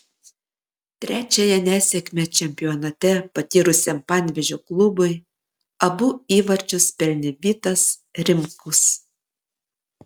trečiąją nesėkmę čempionate patyrusiam panevėžio klubui abu įvarčius pelnė vitas rimkus